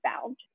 found